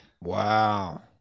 Wow